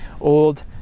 old